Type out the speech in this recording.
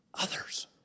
others